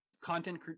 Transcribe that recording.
content